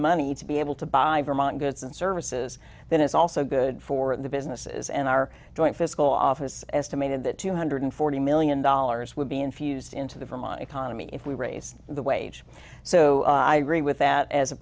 money to be able to buy vermont goods and services then it's also good for the businesses and our joint physical office estimated that two hundred forty million dollars would be infused into the vermont economy if we raise the wage so i agree with that as a